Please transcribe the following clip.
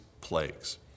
plagues